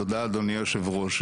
תודה, אדוני היושב ראש.